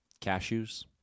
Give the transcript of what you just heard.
cashews